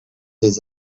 des